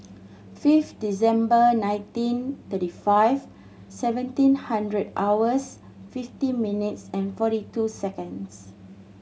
five December nineteen thirty five seventeen hundred hours fifty minutes and forty two seconds